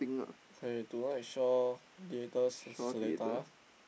okay tonight Shaw-Theatres se~ Seletar